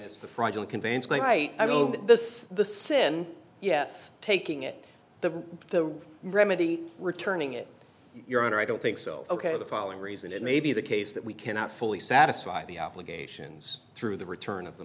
use the fraudulent conveyance by night i don't this the sin yes taking it the the remedy returning it your honor i don't think so ok of the following reason it may be the case that we cannot fully satisfy the obligations through the return of the